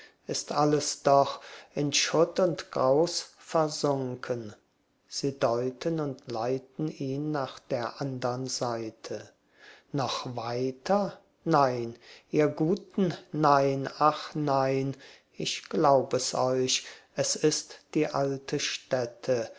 ist alles doch in schutt und graus versunken sie deuten und leiten ihn nach der andern seite noch weiter nein ihr guten nein ach nein ich glaub es auch es ist die alte stätte